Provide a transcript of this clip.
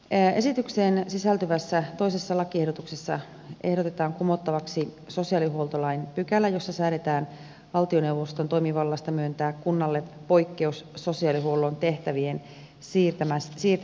esitykseen sisältyvässä toisessa lakiehdotuksessa ehdotetaan kumottavaksi sosiaalihuoltolain pykälä jossa säädetään valtioneuvoston toimivallasta myöntää kunnalle poikkeus sosiaalihuollon tehtävien siirtämisestä